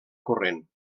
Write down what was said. corrent